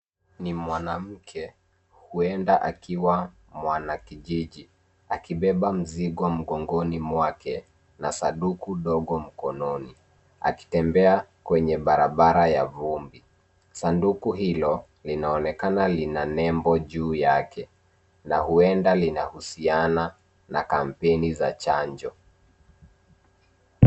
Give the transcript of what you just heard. Ni mwanamke huenda akiwa mwanakijiji Kibeba mzigo mgongoni mwake na sanduku ndogo mkononi akitembea kwenye barabara ya vumbi. Sanduku hilo linaonekana lina nembo juu yake na huenda linahusiana na kampeni za chanjo